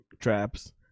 Traps